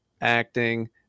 acting